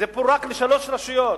זה פורק לשלוש רשויות: